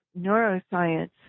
neuroscience